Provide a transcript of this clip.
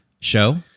show